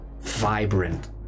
vibrant